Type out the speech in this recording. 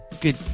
good